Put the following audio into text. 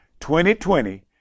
2020